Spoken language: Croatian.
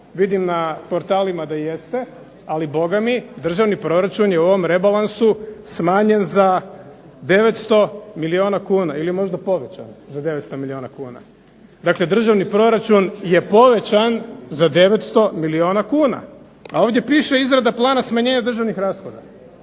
Vidim na portalima da jeste, ali Boga mi državni proračun je u ovom rebalansu smanjen za 900 milijuna kuna ili možda povećan za 900 milijuna kuna. Dakle, državni proračun je povećan za 900 milijuna kuna, a ovdje piše izrada plana smanjenja državnih rashoda,